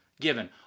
given